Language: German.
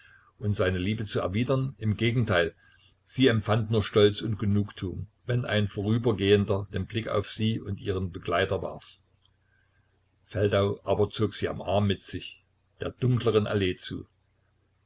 und seine liebe zu erwidern im gegenteil sie empfand nur stolz und genugtuung wenn ein vorübergehender den blick auf sie und ihren begleiter warf feldau aber zog sie am arm mit sich der dunkleren allee zu